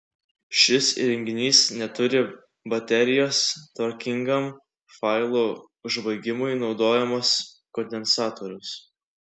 šis įrenginys neturi baterijos tvarkingam failų užbaigimui naudojamas kondensatorius